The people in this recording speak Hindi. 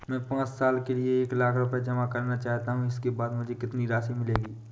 मैं पाँच साल के लिए एक लाख रूपए जमा करना चाहता हूँ इसके बाद मुझे कितनी राशि मिलेगी?